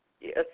Yes